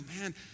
man